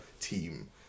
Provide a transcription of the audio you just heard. team